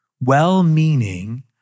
well-meaning